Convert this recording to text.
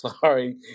sorry